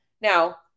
Now